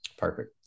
Perfect